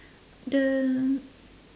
the